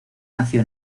nació